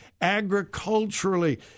agriculturally